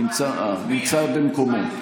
נמצא במקומו.